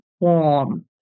warm